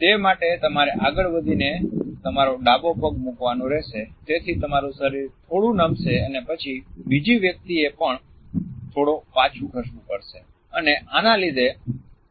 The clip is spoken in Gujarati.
તે માટે તમારે આગળ વધીને તમારો ડાબો પગ મુકવાનો રહેશે તેથી તમારું શરીર થોડું નમશે અને પછી બીજી વ્યક્તિએ પણ થોડો પાછું ખસવું પડશે અને આના લીધે